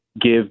give